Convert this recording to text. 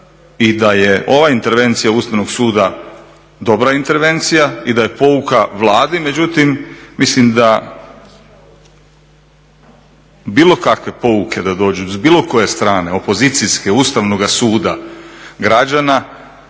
i da je ova intervencija Ustavnog suda dobra intervencija i da je pouka Vladi. Međutim, mislim da bilo kakve pouke da dođu, s bilo koje strane opozicijske, Ustavnoga suda, građana